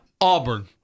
Auburn